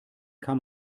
kann